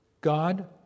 God